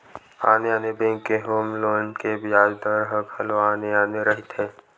आने आने बेंक के होम लोन के बियाज दर ह घलो आने आने रहिथे